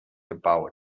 gebaut